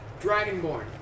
Dragonborn